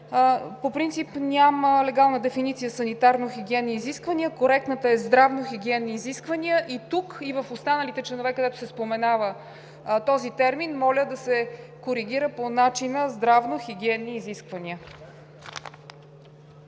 По принцип няма легална дефиниция „санитарно-хигиенни изисквания“, коректната е „здравно-хигиенни изисквания“. Тук и в останалите членове, където се споменава този термин, моля да се коригира по начина „здравно-хигиенни изисквания“.